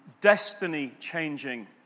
destiny-changing